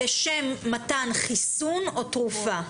לשם מתן חיסון או תרופה.